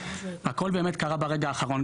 הכול באמת קרה ברגע האחרון.